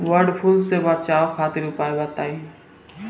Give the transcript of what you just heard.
वड फ्लू से बचाव खातिर उपाय बताई?